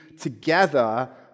together